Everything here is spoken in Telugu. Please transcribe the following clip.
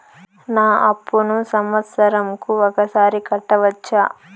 నా అప్పును సంవత్సరంకు ఒకసారి కట్టవచ్చా?